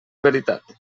veritat